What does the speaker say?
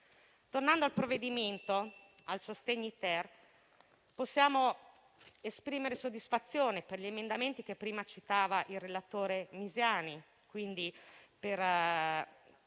Tornando al provvedimento sostegni-*ter*, possiamo esprimere soddisfazione per gli emendamenti che prima citava il relatore Misiani: l'esenzione